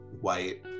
white